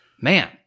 Man